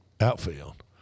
outfield